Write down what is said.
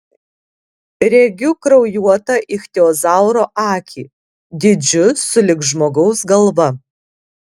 regiu kraujuotą ichtiozauro akį dydžiu sulig žmogaus galva